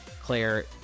Claire